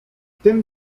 tym